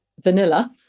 vanilla